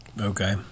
Okay